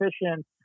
efficient